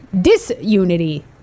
disunity